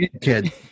Kid